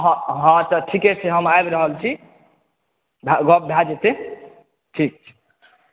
हाँ तऽ ठीके छै हम आबि रहल छी